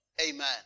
Amen